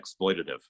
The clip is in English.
exploitative